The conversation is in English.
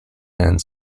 and